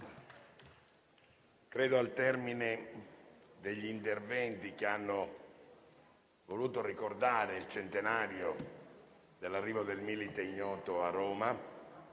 Credo che al termine degli interventi che hanno voluto ricordare il centenario dell'arrivo del Milite Ignoto a Roma,